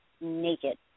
naked